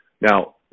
Now